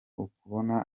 ukubona